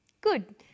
Good